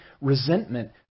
resentment